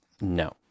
No